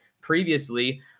previously